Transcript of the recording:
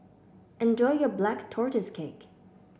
enjoy your Black Tortoise Cake